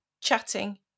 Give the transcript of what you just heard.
chatting